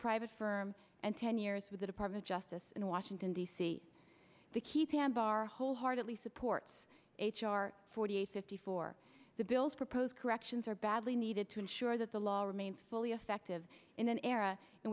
private firm and ten years with the department of justice in washington d c to keep ambar wholeheartedly supports h r forty eight fifty four the bill's proposed corrections are badly needed to ensure that the law remains fully effective in an era